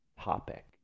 topic